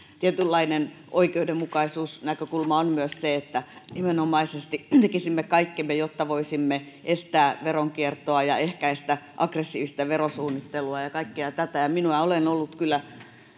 tietynlainen oikeudenmukaisuusnäkökulma on myös se että nimenomaisesti tekisimme kaikkemme jotta voisimme estää veronkiertoa ja ehkäistä aggressiivista verosuunnittelua ja kaikkea tätä minä olen ollut kyllä